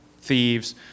thieves